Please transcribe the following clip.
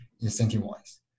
incentivize